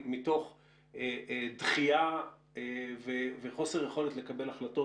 מתוך דחייה וחוסר יכולת לקבל החלטות,